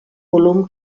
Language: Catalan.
volum